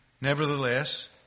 Nevertheless